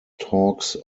talks